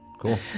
Cool